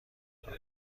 داد